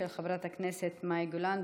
של חברת הכנסת מאי גולן,